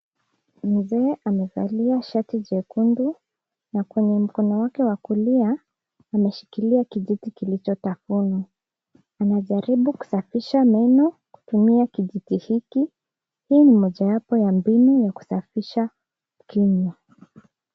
Mzee amevalia shati jekundu na kwenye mkono wake wa kulia ameshikilia kijiti kilichotafunwa. Anajaribu kusafisha meno kutumia kijiti hiki. Hii ni mmojawapo ya mbinu ya kusafisha kinywa.